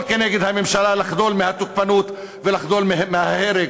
נגד הממשלה לחדול מהתוקפנות ולחדול מההרג.